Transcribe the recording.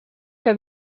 que